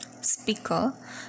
Speaker